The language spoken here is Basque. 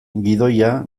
gidoia